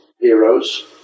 heroes